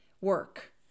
work